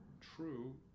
true